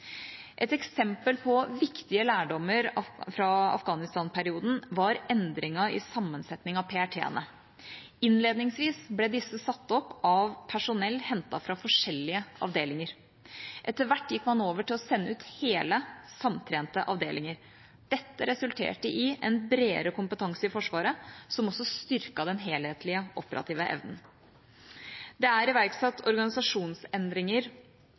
Et eksempel på viktige lærdommer fra Afghanistan-perioden var endringen i sammensetning av PRT-ene. Innledningsvis ble disse satt opp av personell hentet fra forskjellige avdelinger. Etter hvert gikk man over til å sende ut hele, samtrente avdelinger. Dette resulterte i en bredere kompetanse i Forsvaret, som også styrket den helhetlige operative evnen. Det er iverksatt organisasjonsendringer